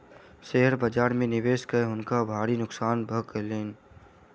share बाजार में निवेश कय हुनका भारी नोकसान भ गेलैन